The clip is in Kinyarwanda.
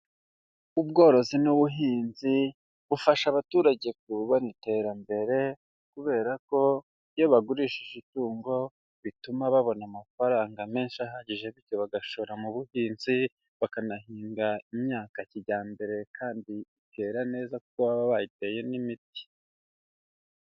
Ubworozi n'ubuhinzi bufasha abaturage kubona iterambere kubera ko iyo bagurishije itungo bituma babona amafaranga menshi ahagije bityo bagashora mu buhinzi, bakanahinga imyaka kijyambere kandi ikera neza ko baba bayiteye n'imiti.